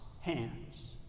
hands